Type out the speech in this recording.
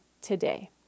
today